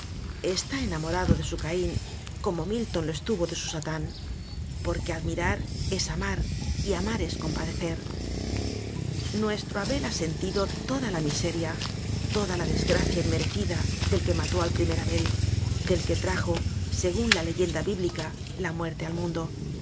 está enamorado de su cam como milton lo estuvo de su satán porque adniirar es amar y amar es compadecer nuestio abel ha sen tido toda la miseria toda la desgracia inme recida del que mató al primer abel del que trajo según la leyenda bíblica la muerte al mundo